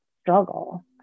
struggle